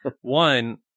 One